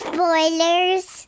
Spoilers